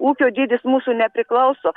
ūkio dydis mūsų nepriklauso